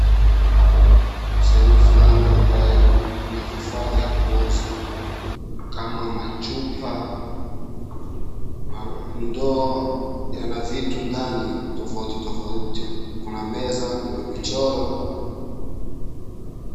Sehemu fulani ambayo kuna vifaa vya kuuzwa kama machupa, ndoo yana vitu ndani tofauti tofauti, kuna meza, kuna michoro.